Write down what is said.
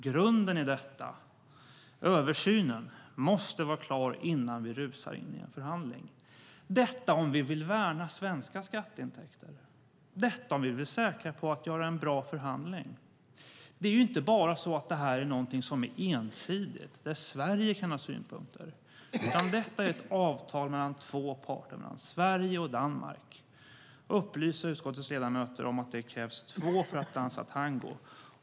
Grunden i detta, översynen, måste vara klar innan vi rusar in i en förhandling, om vi vill värna svenska skatteintäkter och om vi vill vara säkra på att göra en bra förhandling. Det här är inte någonting som är ensidigt, där Sverige kan ha synpunkter. Detta är ett avtal mellan de två parterna Sverige och Danmark. Jag vill upplysa utskottets ledamöter om att det krävs två för att dansa tango.